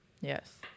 Yes